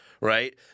right